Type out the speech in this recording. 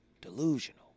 delusional